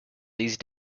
these